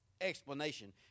explanation